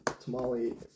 Tamale